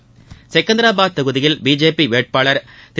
அளமது செகந்திராபாத் தொகுதியில் பிஜேபி வேட்பாளர் திரு